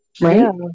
Right